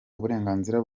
uburenganzira